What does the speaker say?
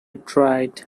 tried